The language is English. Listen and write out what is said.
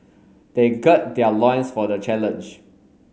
they gird their loins for the challenge